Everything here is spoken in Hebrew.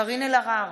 קארין אלהרר,